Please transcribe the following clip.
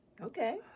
Okay